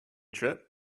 trip